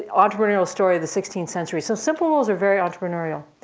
entrepreneurial story of the sixteenth century. so simple rules are very entrepreneurial.